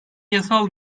yasal